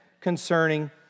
concerning